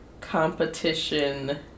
competition